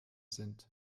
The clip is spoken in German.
sind